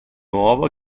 nuovo